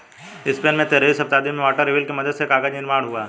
Spain में तेरहवीं शताब्दी में वाटर व्हील की मदद से कागज निर्माण हुआ